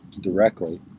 directly